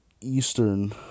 Eastern